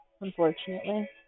unfortunately